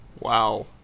Wow